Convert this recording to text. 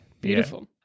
Beautiful